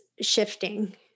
shifting